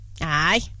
Aye